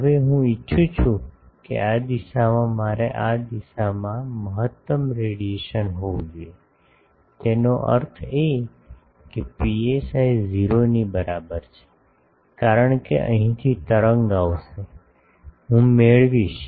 હવે હું ઇચ્છું છું કે આ દિશામાં મારે આ દિશામાં મહત્તમ રેડિયેશન હોવું જોઈએ તેનો અર્થ એ કે psi 0 ની બરાબર છે કારણ કે અહીંથી તરંગ આવશે હું મેળવીશ